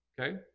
Okay